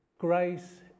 Grace